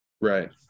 Right